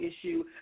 issue